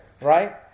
right